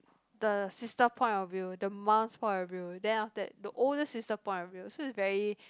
the sister point of view the mum's point of view then after that the older sister point of view so is very